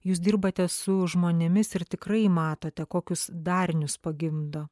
jūs dirbate su žmonėmis ir tikrai matote kokius darinius pagimdo